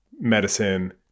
medicine